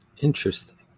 Interesting